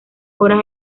horas